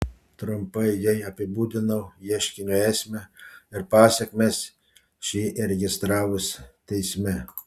trumpai jai apibūdinau ieškinio esmę ir pasekmes šį įregistravus teisme